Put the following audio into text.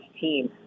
team